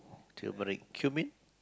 tumeric cumin